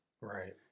Right